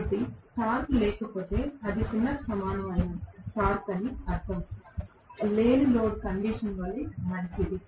కాబట్టి టార్క్ లేకపోతే అది 0 కి సమానమైన టార్క్ అని అర్ధం లేని లోడ్ కండిషన్ వలె మంచిది